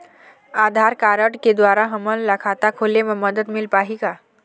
आधार card के द्वारा हमन ला खाता खोले म मदद मिल पाही का?